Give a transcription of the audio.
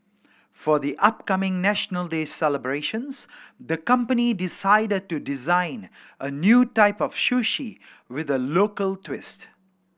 for the upcoming National Day celebrations the company decided to design a new type of sushi with a local twist